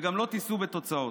וגם לא תישאו בתוצאות.